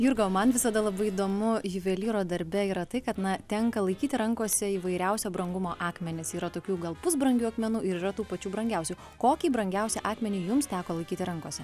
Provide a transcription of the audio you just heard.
jurga o man visada labai įdomu juvelyro darbe yra tai kad na tenka laikyti rankose įvairiausio brangumo akmenis yra tokių gal pusbrangių akmenų ir yra tų pačių brangiausių kokį brangiausią akmenį jums teko laikyti rankose